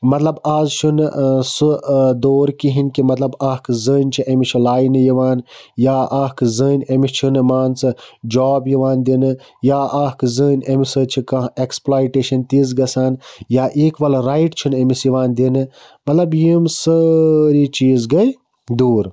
مطلب آز چھُنہٕ ٲں سُہ ٲں دور کِہیٖنۍ کہِ مطلب اکھ زٔنۍ چھِ أمِس چھُ لاینہٕ یِوان یا اکھ زٔنۍ أمِس چھُنہٕ مان ژٕ جوٛاب یِوان دِنہٕ یا اکھ زٔنۍ أمِس سۭتۍ چھِ کانٛہہ ایٚکٕسپلایٹیشَن تِژھ گژھان یا اِکوَل رایٹ چھِنہٕ أمِس یِوان دِنہٕ مطلب یِم سٲری چیٖز گٔے دوٗر